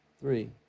Three